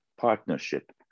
partnership